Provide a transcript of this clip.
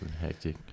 Hectic